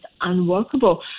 unworkable